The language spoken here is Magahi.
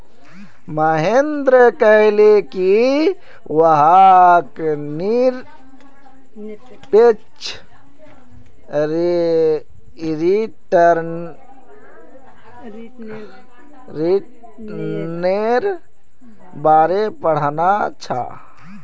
महेंद्र कहले कि वहाक् निरपेक्ष रिटर्न्नेर बारे पढ़ना छ